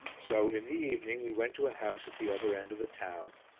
so in the evening we went to a house at the other end of the town,